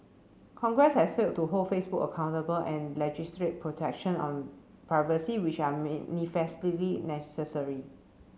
congress has failed to hold Facebook accountable and legislate protection on privacy which are manifestly necessary